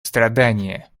страдания